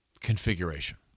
configuration